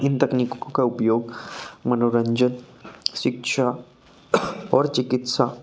इन तकनीकों का उपयोग मनोरंजन शिक्षा और चिकित्सा